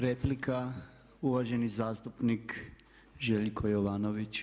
Replika, uvaženi zastupnik Željko Jovanović.